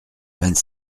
vingt